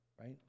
right